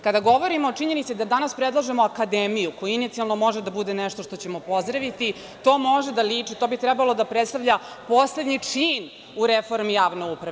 Kada govorimo o činjenici da danas predlažemo akademiju, koja inicijalno može da bude nešto što ćemo pozdraviti, to može da liči, to bi trebalo da predstavlja poslednji čin u reformi javne uprave.